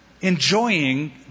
enjoying